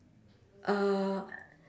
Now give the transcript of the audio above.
err